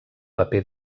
paper